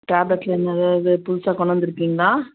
டேப்லெட்டில் என்ன ஏதாவது புதுசாக கொண்டு வந்திருக்கீங்களா